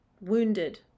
wounded